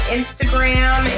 Instagram